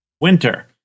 winter